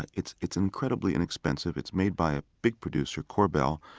and it's it's incredibly inexpensive. it's made by a big producer, korbel,